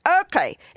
okay